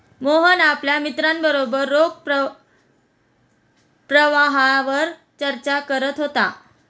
मोहन आपल्या मित्रांबरोबर रोख प्रवाहावर चर्चा करत होता